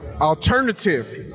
alternative